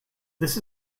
this